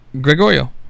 Gregorio